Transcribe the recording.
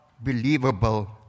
believable